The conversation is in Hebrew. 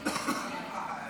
התשפ"ג 2022, הצעת חוק דומה.